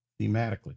thematically